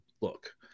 look